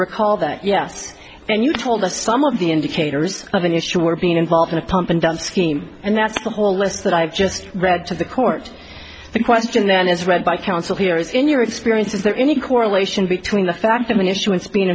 recall that yes and you told us some of the indicators of an issue or being involved in a pump and dump scheme and that's the whole list that i've just read to the court the question then is read by counsel here is in your experience is there any correlation between the phantom issuance being